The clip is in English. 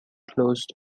closed